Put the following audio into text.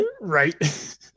right